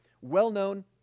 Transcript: well-known